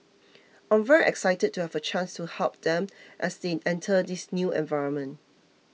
I'm very excited to have a chance to help them as they enter this new environment